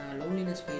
loneliness